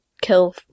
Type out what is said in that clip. kill